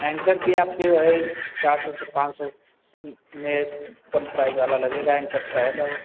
anchor के आपके वही चार सौ से पाँच सौ में कम प्राइज वाला लगेगा ऐंकर का रहेगा वो